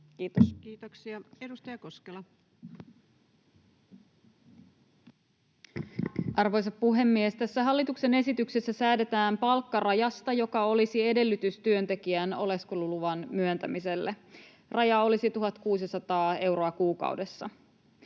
muuttamisesta Time: 17:48 Content: Arvoisa puhemies! Tässä hallituksen esityksessä säädetään palkkarajasta, joka olisi edellytys työntekijän oleskeluluvan myöntämiselle. Raja olisi 1 600 euroa kuukaudessa.